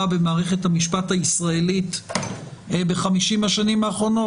במערכת המשפט הישראלית ב-50 השנים האחרונות.